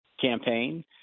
campaign